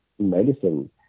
medicine